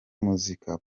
muzika